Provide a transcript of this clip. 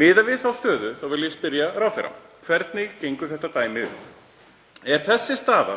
Miðað við þá stöðu vil ég spyrja ráðherra: Hvernig gengur þetta dæmi upp? Er þessi staða